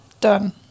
Done